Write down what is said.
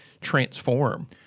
transform